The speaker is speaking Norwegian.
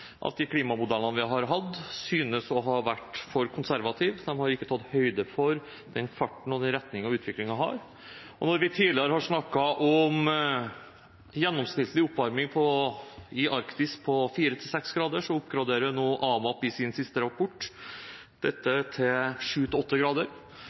lesning. De viser igjen at de klimamodellene vi har hatt, synes å ha vært for konservative. De har ikke tatt høyde for den farten og den retningen utviklingen har. Når vi tidligere har snakket om en gjennomsnittlig oppvarming i Arktis på 4–6 grader, oppgraderer nå AMAP i sin siste rapport